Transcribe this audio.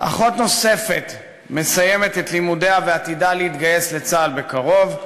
אחות נוספת מסיימת את לימודיה ועתידה להתגייס לצה"ל בקרוב,